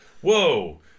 whoa